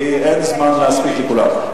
כי אין זמן להספיק את כולם.